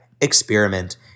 Experiment